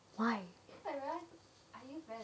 what